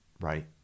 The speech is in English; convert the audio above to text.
right